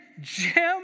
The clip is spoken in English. Jim